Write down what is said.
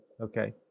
Okay